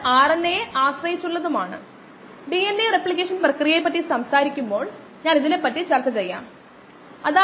303kdxv0xv കോശങ്ങളുടെ സാന്ദ്രതയിൽ 10 മടങ്ങ് കുറയ്ക്കുന്നതിന് എടുത്ത സമയം